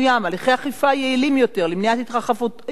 הליכי אכיפה יעילים יותר למניעת התרחבותם,